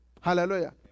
Hallelujah